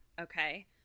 Okay